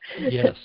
Yes